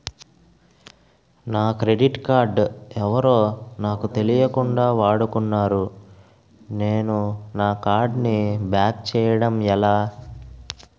నా credit card ఎవరో నాకు తెలియకుండా వాడుకున్నారు నేను నా కార్డ్ ని బ్లాక్ చేయడం ఎలా?